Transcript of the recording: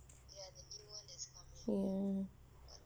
ya